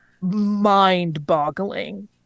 mind-boggling